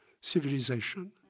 civilization